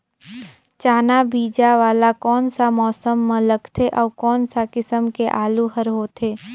चाना बीजा वाला कोन सा मौसम म लगथे अउ कोन सा किसम के आलू हर होथे?